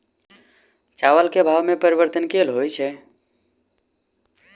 चावल केँ भाव मे परिवर्तन केल होइ छै?